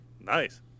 Nice